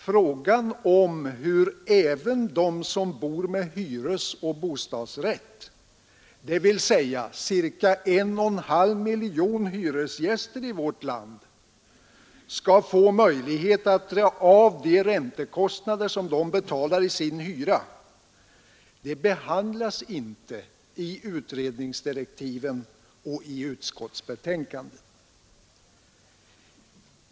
Frågan om hur även de som bor med hyresoch bostadsrätt, dvs. cirka en och en halv miljon hyresgäster i vårt land, skall få möjlighet att dra av de räntekostnader som de betalat i sin hyra, behandlas inte i utredningsdirektiven och i utskottsbetänkandet.